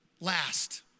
last